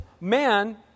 man